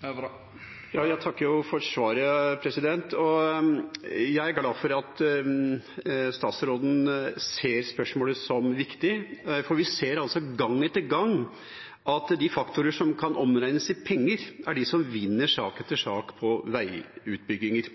Jeg takker for svaret. Jeg er glad for at statsråden ser spørsmålet som viktig, for vi ser gang etter gang at de faktorer som kan omregnes i penger, er de som vinner sak etter sak på veiutbygginger.